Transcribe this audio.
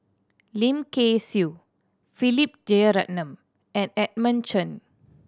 Lim Kay Siu Philip Jeyaretnam and Edmund Chen